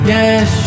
Yes